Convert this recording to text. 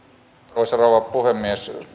arvoisa rouva puhemies